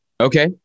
Okay